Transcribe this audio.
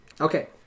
okay